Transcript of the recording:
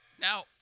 Now